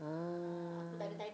ah